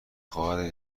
خواهد